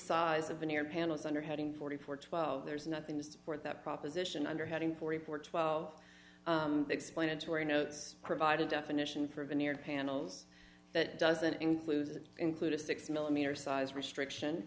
size of an ear panels under heading forty four twelve there's nothing to support that proposition under heading forty four twelve explanatory notes provide a definition for veneered panels that doesn't include include a six millimeter size restriction